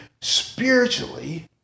spiritually